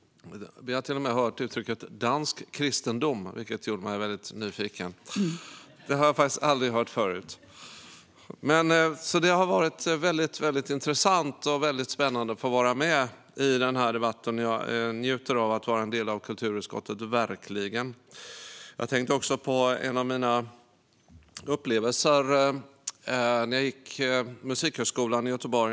Vi har till och med fått höra uttrycket "dansk kristendom", som gjorde mig nyfiken. Det har jag faktiskt aldrig hört förut. Det har varit väldigt intressant och spännande att få vara med i denna debatt. Jag njuter verkligen av att vara en del av kulturutskottet. Jag kom att tänka på en av mina upplevelser när jag gick på musikhögskolan i Göteborg.